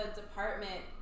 department